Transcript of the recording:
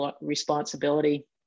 responsibility